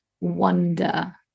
wonder